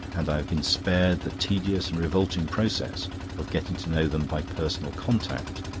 and i have been spared the tedious and revolting process of getting to know them by personal contact,